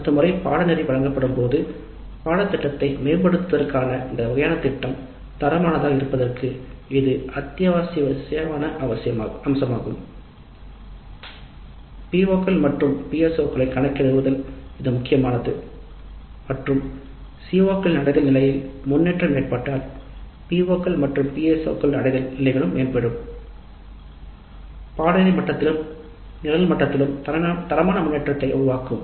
அடுத்த முறை வழங்கப்படும் போது பாடத்திட்டத்தை மேம்படுத்துவதற்கான இந்த வகையான திட்டம் தரமானதாக இருப்பதற்கு இது அத்தியாவசிய அம்சமாகும் பிஓக்கள் மற்றும் பிஎஸ்ஓக்களை கணக்கிடுவதில் இது முக்கியமானது மற்றும் CO களின் அடைதல் நிலை PO கள் மற்றும் PSO களின் அடைதல் நிலைகளும் மேம்படும் பாடநெறி மட்டத்திலும் நிரல் மட்டத்திலும் தரமான முன்னேற்றத்தை உருவாக்கும்